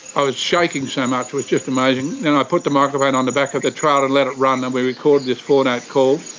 i was shaking so much it was just amazing and i put the microphone on the back of the trailer and let it run and we recorded this four note call.